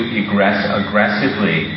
aggressively